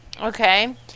Okay